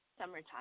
summertime